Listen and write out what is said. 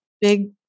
big